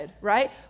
right